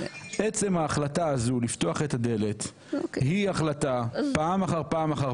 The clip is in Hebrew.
עצם ההחלטה הזו לפתוח את הדלת היא החלטה פעם אחר פעם אחר